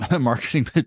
marketing